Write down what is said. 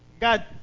God